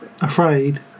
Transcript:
afraid